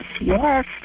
Yes